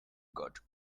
got